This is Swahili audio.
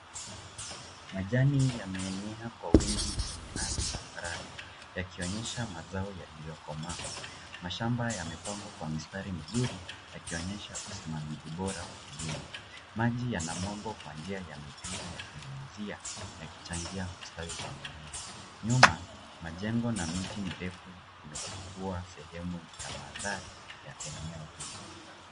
Majani yameenea kwa uwingi kwenye ardhi tambarare yakionyesha mazao yaliyokomaa. Mashamba yamepangwa kwa mistari mizuri yakionyesha uzimamizi bora wa kilimo. Maji yanamwagwa kwa njia ya mipira ya kunyunyuzia yakichangia kustawi kwa mimea. Nyuma, majengo na miti mirefu imechukua sehemu ya mandhari ya eneo hili.